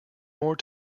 more